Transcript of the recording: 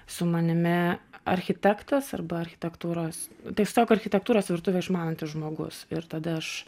su manimi architektas arba architektūros tiesiog architektūros virtuvę išmanantis žmogus ir tada aš